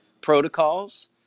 protocols